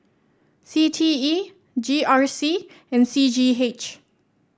C T E G R C and C G H